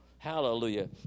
Hallelujah